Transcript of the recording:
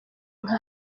nka